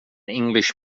english